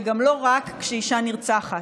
וגם לא רק כשאישה נרצחת.